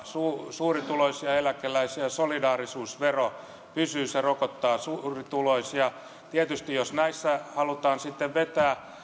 suurituloisia eläkeläisiä ja solidaarisuusvero pysyy se rokottaa suurituloisia tietysti jos näissä halutaan sitten vetää